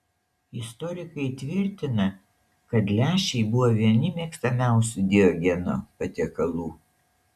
istorikai tvirtina kad lęšiai buvo vieni mėgstamiausių diogeno patiekalų